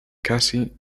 cassi